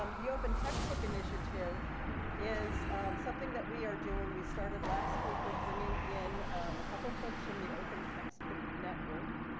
um the open textbook initiative is something that we are doing. we start last week with bringing in a couple folks from the open textbook network